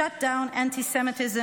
shut down antisemitism,